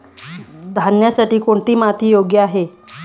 धान्यासाठी कोणती माती योग्य आहे?